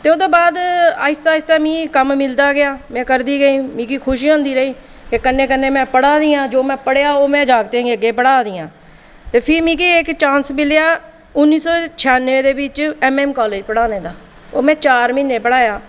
ते ओह्दे बाद आस्तै आस्तै मिगी कम्म मिलदा गेआ में करदी गेई मिगी खुशी होंदी रेही ते कन्नै कन्नै में पढ़ा दी आं ते जो में पढ़ेआ ओह् में जागतें गी पढ़ा नी आं ते फ्ही मिगी इक्क चांस मिलेआ उन्नी सौ छियानवें दे बिच एमएएम कॉलेज बिच पढ़ाने दा ओह् में चार म्हीने पढ़ाया